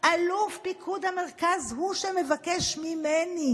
אלוף פיקוד המרכז שאת עכשיו ביקשת שנשמור על חייו,